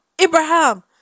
Abraham